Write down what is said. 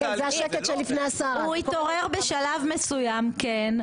הוא התעורר בשלב מסוים כן,